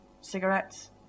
cigarettes